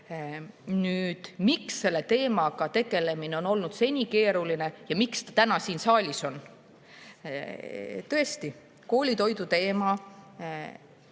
täis. Nüüd, miks selle teemaga tegelemine on olnud keeruline ja miks see täna siin saalis on? Tõesti, koolitoidu teema